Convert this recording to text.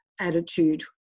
attitude